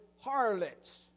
harlots